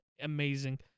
amazing